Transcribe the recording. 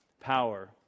power